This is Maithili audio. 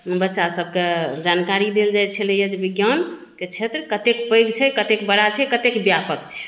बच्चा सभके जानकारी देल जाइ छलै है जे विज्ञानके क्षेत्र कत्तेक पैघ छै कत्तेक बड़ा छै कत्तेक व्यापक छै